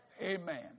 Amen